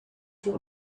your